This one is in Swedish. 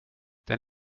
den